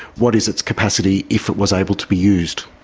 what is its capacity if it was able to be used?